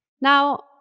Now